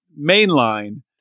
mainline